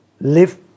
live